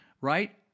right